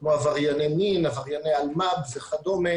כמו עברייני מין, עברייני אלמ"ב וכדומה